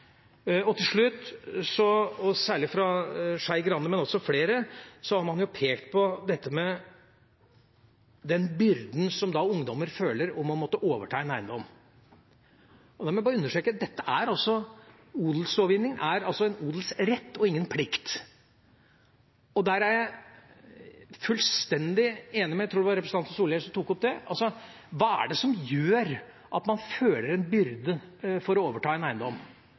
Til slutt: Særlig Skei Grande, men også flere andre har pekt på den byrden som ungdommer føler ved å måtte overta en eiendom. La meg bare understreke: Odelslovgivningen innebærer altså en odelsrett og ingen -plikt. Der er jeg fullstendig enig med representanten Solhjell – jeg tror det var han som tok opp dette. Hva er det som gjør at man føler en byrde ved å overta en eiendom?